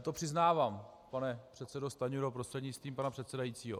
To přiznávám, pane předsedo Stanjuro prostřednictvím pana předsedajícího.